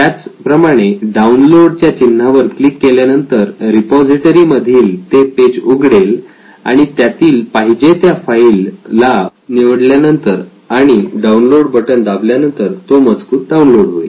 त्याचप्रमाणे डाउनलोड च्या चिन्हावर क्लिक केल्या नंतर रिपॉझिटरी मधील ते पेज उघडेल आणि त्यातील पाहिजे त्या फाईल ला निवडल्यानंतर आणि डाउनलोड बटण दाबल्यानंतर तो मजकूर डाऊनलोड होईल